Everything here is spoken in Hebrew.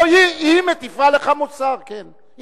היא מטיפה לך מוסר, כן.